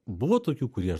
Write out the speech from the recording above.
buvo tokių kurie